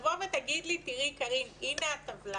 תבוא ותגיד לי, תראי, קארין, הנה הטבלה.